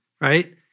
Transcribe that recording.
right